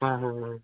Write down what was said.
ᱦᱮᱸ ᱦᱮᱸ